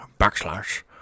Backslash